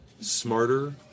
smarter